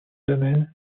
domaines